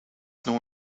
known